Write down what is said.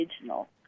original